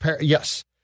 Yes